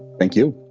thank you.